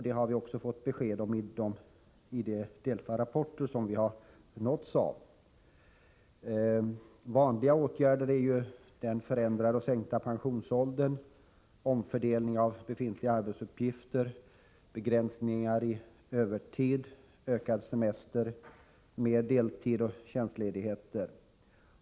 Det har vi också fått besked om i de DELFA-rapporter som vi har nåtts av. Vanliga åtgärder är förändringar och sänkningar av pensionsåldern, omfördelning av befintliga arbetsuppgifter, begränsningar av övertidsuttaget, förlängning av semestern samt införande av mer deltid och tjänstledigheter.